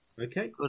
Okay